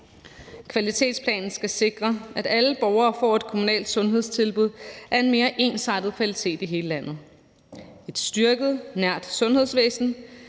Kvalitetsplanen skal sikre, at alle borgere får et kommunalt sundhedstilbud af en mere ensartet kvalitet i hele landet. Et styrket nært sundhedsvæsen